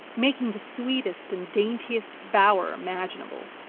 making the sweetest and daintiest bower imaginable.